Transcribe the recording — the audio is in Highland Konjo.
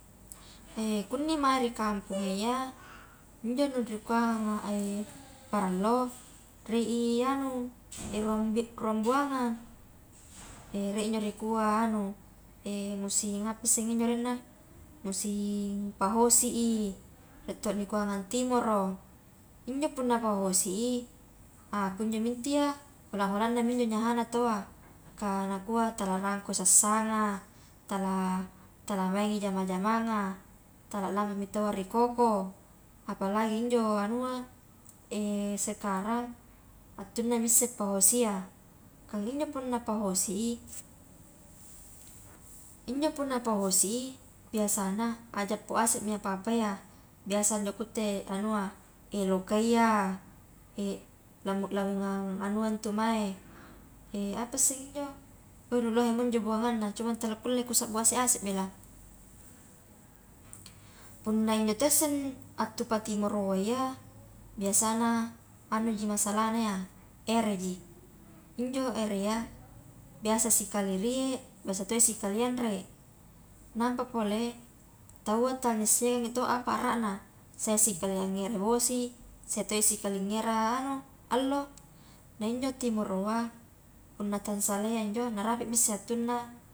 kunni mae ri kamponga iya injo nu rikuanga e parallo rie i anu rua buangang, rie injo nikua anu musim apa isse injo arenna musim pahosi i, rie to nikua antimoro, injo punna pahosi i, ah kunjomi intu iya pada-padannami injo nyahana tawwa kah nakua tala rangkoi sassana, tala, tala maingi jama-jamanga, tala lampami taua ri koko, apalagi injo anua, sekarang hattunnami isse pahosia, kan injo punna pahosi i, injo punna pahosi i biasana ajappo asemi apa-apayya biasa injo kutte anua, lokayya, lamo-lamongan anua ntu mae, apa seng injo nu eh lohemo njo buanganna cuman tala kulle ku sabbu ase-ase bela, punna injo tosseng attu patimoroa iya biasana anuji masalahna ia ereji, injo erea biasa sikali rie biasa toi sikali anre, nampa pole taua tala naissengangi to apa arrana sia sikaliang ngera bosi sia sikali ngera anu allo, nah injo timoroapunna tansalea i injo narapi mi isse hattunna.